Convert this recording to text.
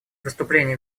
выступление